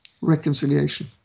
reconciliation